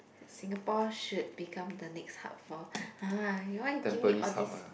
Singapore should become the next hub for !huh! why you give me all this